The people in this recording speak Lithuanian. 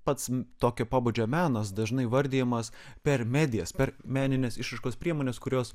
pats tokio pobūdžio menas dažnai įvardijamas per medijas per meninės išraiškos priemones kurios